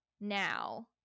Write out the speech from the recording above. now